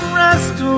rest